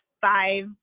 five